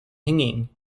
hanging